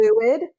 fluid